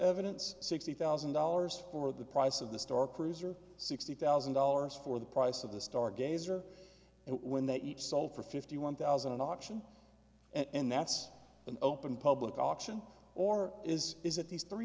evidence sixty thousand dollars for the price of the store cruiser sixty thousand dollars for the price of the star gazer and when they each sold for fifty one thousand auction and that's an open public auction or is is that these three